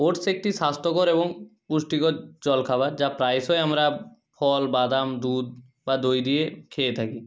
oats একটি স্বাস্থ্যকর এবং পুষ্টিকর জলখাবার যা প্রায়শই আমরা ফল বাদাম দুধ বা দই দিয়ে খেয়ে থাকি